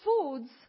foods